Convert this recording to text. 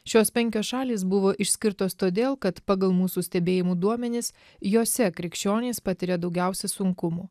šios penkios šalys buvo išskirtos todėl kad pagal mūsų stebėjimų duomenis jose krikščionys patiria daugiausia sunkumų